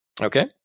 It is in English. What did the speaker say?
Okay